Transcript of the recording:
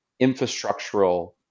infrastructural